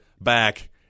back